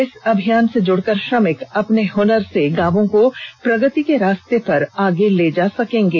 इस अभियान से जुड़कर श्रमिक अपने हुनर से गांवों को प्रगति की रास्ते पर आगे ले जा सकेंगे